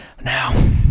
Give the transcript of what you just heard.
now